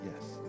Yes